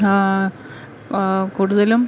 കൂടുതലും